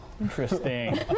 Interesting